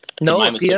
No